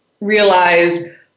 realize